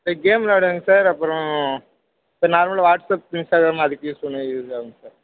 இப்போ கேம் விளாடுவேங்க சார் அப்புறோம் இப்போ நார்மல் வாட்ஸாப் இன்ஸ்ட்டாகிராம் அதுக்கு யூஸ் பண்ணிக்கிறது தாங்க சார்